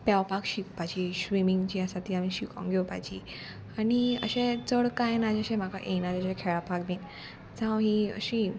पेंवपाक शिकपाची स्विमींग जी आसा ती आमी शिकोंक घेवपाची आनी अशें चड कांय ना जशें म्हाका येना जशें खेळपाक बीन जावं ही अशी